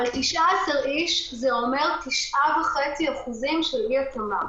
אבל 19 איש זה אומר 9.5% של אי-התאמה.